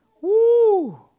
Woo